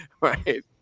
Right